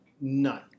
none